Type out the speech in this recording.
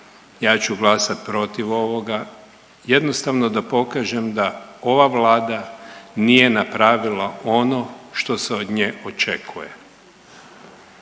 ja ću glasati protiv ovoga jednostavno da pokažem da ova vlada nije napravila ono što se od nje očekuje.